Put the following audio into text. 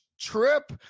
trip